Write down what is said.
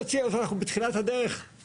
אנחנו בתחילת הדרך.